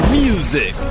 music